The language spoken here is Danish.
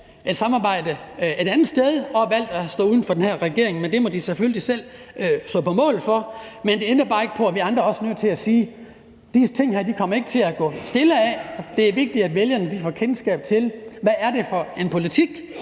at samarbejde et andet sted og valgt at have stået uden for den her regering, men det må de selvfølgelig selv stå på mål for. Men det ændrer bare ikke på, at vi andre også er nødt til at sige, at de her ting ikke kommer til at gå stille af. Det er vigtigt, at vælgerne får kendskab til, hvad det er for en politik,